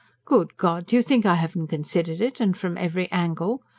good god! do you think i haven't considered it and from every angle?